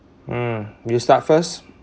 hmm you start first